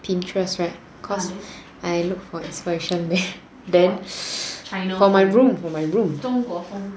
Pinterest right cause I look for inspiration then like for my room for my room